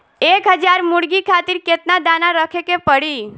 एक हज़ार मुर्गी खातिर केतना दाना रखे के पड़ी?